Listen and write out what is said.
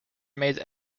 made